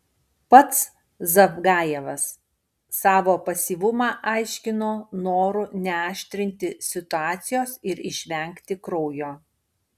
pats zavgajevas savo pasyvumą aiškino noru neaštrinti situacijos ir išvengti kraujo